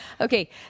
Okay